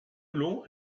long